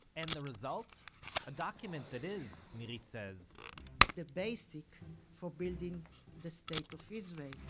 and the result a document that is, nirit says the basic for building the state of israel